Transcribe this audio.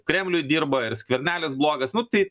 kremliui dirba ir skvernelis blogas nu tai